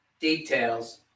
details